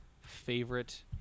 favorite